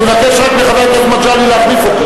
אני אבקש מחבר הכנסת מגלי להחליף אותי,